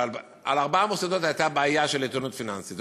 על ארבעה מוסדות הייתה בעיה של איתנות פיננסית.